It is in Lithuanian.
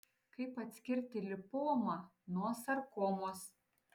kaip atskirti lipomą nuo sarkomos